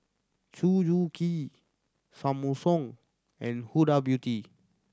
Suzuki Samsung and Huda Beauty